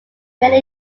many